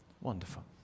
Wonderful